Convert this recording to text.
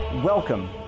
Welcome